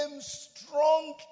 strong